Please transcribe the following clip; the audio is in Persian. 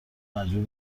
مجبور